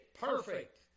perfect